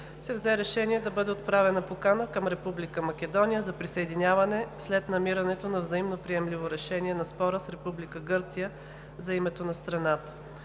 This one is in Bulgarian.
се взе решение да бъде отправена покана към Република Македония за присъединяване след намирането на взаимно приемливо решение на спора с Република Гърция за името на страната.